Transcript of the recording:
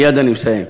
מייד אני מסיים.